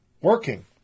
working